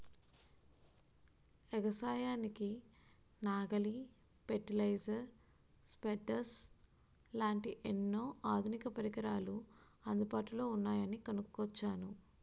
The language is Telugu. ఎగసాయానికి నాగలి, పెర్టిలైజర్, స్పెడ్డర్స్ లాంటి ఎన్నో ఆధునిక పరికరాలు అందుబాటులో ఉన్నాయని కొనుక్కొచ్చాను